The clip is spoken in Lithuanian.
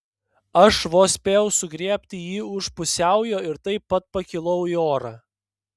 aš vos spėjau sugriebti jį už pusiaujo ir taip pat pakilau į orą